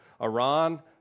Iran